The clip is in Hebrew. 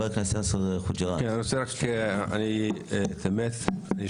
אנשי מקצוע לומדים מזה, הם